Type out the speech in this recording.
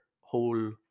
whole